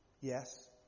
Yes